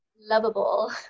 lovable